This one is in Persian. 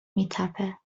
میتپه